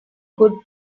good